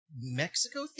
Mexico